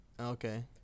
Okay